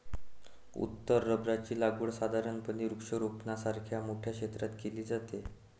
उत्तर रबराची लागवड साधारणपणे वृक्षारोपणासारख्या मोठ्या क्षेत्रात केली जाते